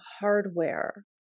hardware